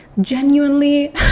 Genuinely